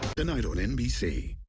tonight on nbc.